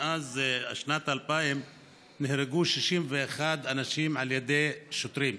מאז שנת 2000 נהרגו 61 אנשים על ידי שוטרים,